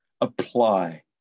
apply